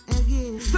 again